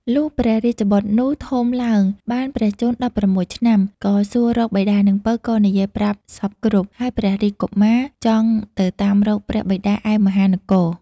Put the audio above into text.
លុះព្រះរាជបុត្រនោះធំឡើងបានព្រះជន្ម ១៦ឆ្នាំ ក៏សួររកបិតា នាងពៅ ក៏និយាយប្រាប់សព្វគ្រប់ ហើយព្រះរាជកុមារ ចង់ទៅតាមរកព្រះបិតាឯមហានគរ។